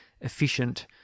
efficient